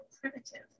primitive